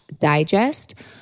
digest